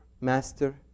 master